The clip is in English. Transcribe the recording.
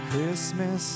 Christmas